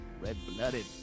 Red-blooded